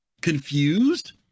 confused